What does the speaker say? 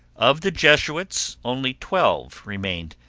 of the jesuits only twelve remained,